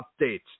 update